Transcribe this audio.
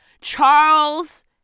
Charles